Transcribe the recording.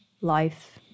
life